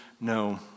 no